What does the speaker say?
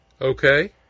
Okay